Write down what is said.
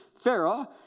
Pharaoh